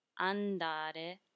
andare